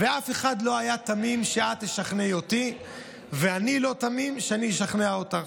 ואף אחד לא היה תמים שאת תשכנעי אותי ואני לא תמים שאני אשכנע אותך.